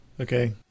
okay